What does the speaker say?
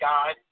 God